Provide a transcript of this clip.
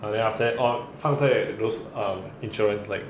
ah then after that orh 放在 those insurance like